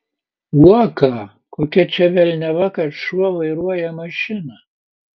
uoką kokia čia velniava kad šuo vairuoja mašiną